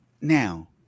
now